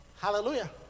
hallelujah